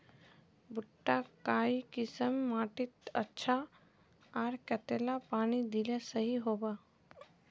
भुट्टा काई किसम माटित अच्छा, आर कतेला पानी दिले सही होवा?